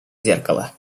зеркало